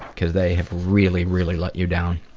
because they have really, really let you down.